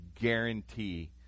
guarantee